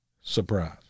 surprise